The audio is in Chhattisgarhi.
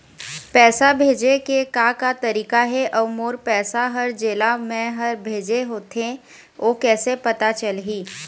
पैसा भेजे के का का तरीका हे अऊ मोर पैसा हर जेला मैं हर भेजे होथे ओ कैसे पता चलही?